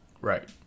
right